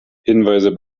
hinweise